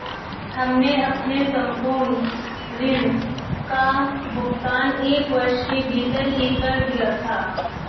हमने अपने संपूर्ण ऋण का भुगतान एक वर्ष के भीतर ही कर दिया था